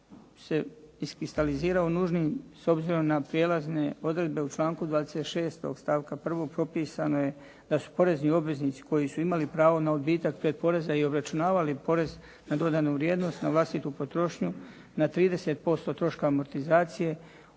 se iskristalizirao nužnim s obzirom na prijelazne odredbe u članku 26. stavku 1. propisano je da su porezni obveznici koji su imali pravo na odbitak pretporeza i obračunavali porez na dodanu vrijednost na vlastitu potrošnju na 30% troška amortizacije